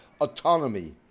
autonomy